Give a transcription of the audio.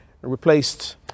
Replaced